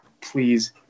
please